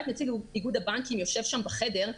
את נציג איגוד הבנקים יושב אצלכם בחדר.